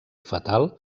fatal